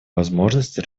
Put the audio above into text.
возможности